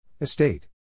Estate